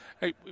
Hey